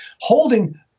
holding